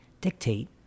dictate